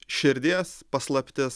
šerdies paslaptis